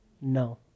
No